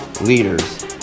leaders